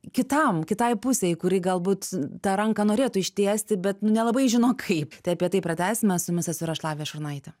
kitam kitai pusei kuri galbūt tą ranką norėtų ištiesti bet nu nelabai žino kaip tai apie tai pratęsime su jumis esu ir aš lavija šurnaitė